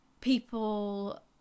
people